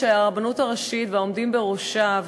שהרבנות הראשית והעומדים בראשה,